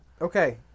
okay